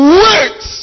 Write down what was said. wait